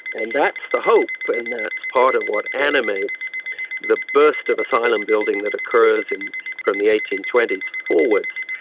and that's the hope, but and that's part of what animates the burst of asylum building that occurs and from the eighteen twenty s forwards.